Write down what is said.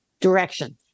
direction